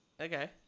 Okay